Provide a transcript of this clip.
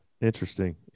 interesting